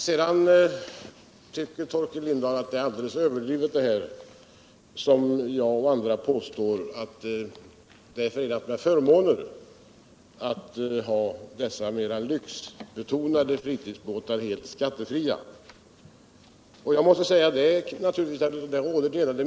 Sedan tycker Torkel Lindahl att vi överdriver, när jag och andra påstår att det är fråga om förmåner när man har dessa mera lyxbetonade fritidsbåtar helt skattefria. Det råder delade meningar om den saken.